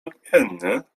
odmienny